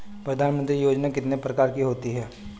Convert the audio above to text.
प्रधानमंत्री योजना कितने प्रकार की होती है?